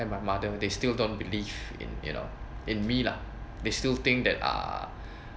and my mother they still don't believe in you know in me lah they still think that uh